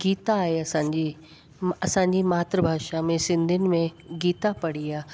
गीता आहे असांजी असांजी मातृभाषा में सिंधियुनि में गीता पढ़ी आहे